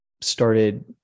started